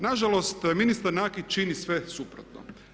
Nažalost ministar Nakić čini sve suprotno.